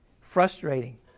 Frustrating